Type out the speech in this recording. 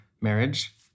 marriage